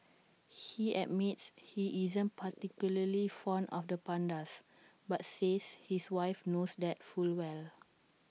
he admits he isn't particularly fond of the pandas but says his wife knows that full well